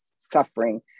suffering